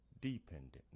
dependent